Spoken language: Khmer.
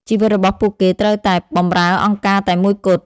ជីវិតរបស់ពួកគេត្រូវតែបម្រើអង្គការតែមួយគត់។